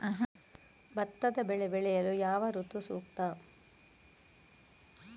ಭತ್ತದ ಬೆಳೆ ಬೆಳೆಯಲು ಯಾವ ಋತು ಸೂಕ್ತ?